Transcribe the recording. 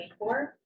2024